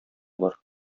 бар